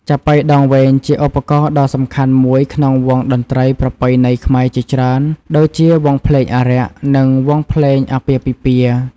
ចាប៉ីដងវែងជាឧបករណ៍ដ៏សំខាន់មួយក្នុងវង់តន្ត្រីប្រពៃណីខ្មែរជាច្រើនដូចជាវង់ភ្លេងអារក្ស និងវង់ភ្លេងអាពាហ៍ពិពាហ៍។